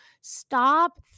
stop